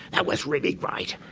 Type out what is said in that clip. that was really great.